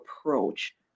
approach